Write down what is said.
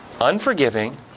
unforgiving